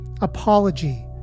apology